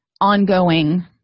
ongoing